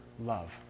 love